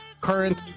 current